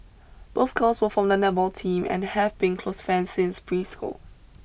both girls were from the netball team and have been close friends since preschool